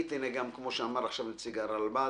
כפי שאמר נציג הרלב"ד,